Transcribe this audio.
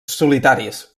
solitaris